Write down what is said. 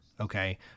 okay